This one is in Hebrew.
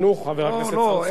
ואני הכנסתי את זה לקונטקסט.